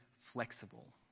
flexible